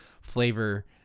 flavor